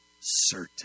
certain